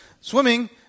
swimming